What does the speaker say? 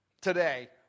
today